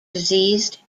diseased